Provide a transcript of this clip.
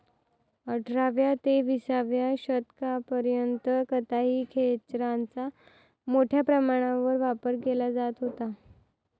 अठराव्या ते विसाव्या शतकापर्यंत कताई खेचराचा मोठ्या प्रमाणावर वापर केला जात होता